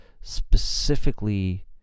specifically